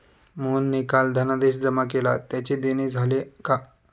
मोहनने काल धनादेश जमा केला त्याचे देणे झाले का?